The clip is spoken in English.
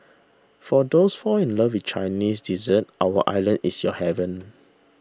for those fall in love with Chinese dessert our island is your heaven